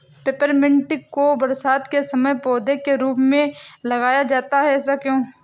Peppermint को बरसात के समय पौधे के रूप में लगाया जाता है ऐसा क्यो?